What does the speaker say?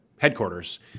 headquarters